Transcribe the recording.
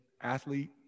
athlete